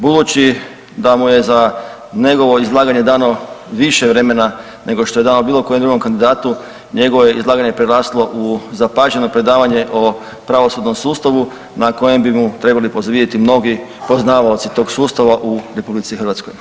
Budući da mu je za njegovo izlaganje dano više vremena nego što je dano bilo kojem drugom kandidatu, njegovo je izlaganje preraslo u zapaženo predavanje o pravosudnom sustavu na kojem bi trebali pozavidjeti mnogi poznavaoci tog sustava u RH.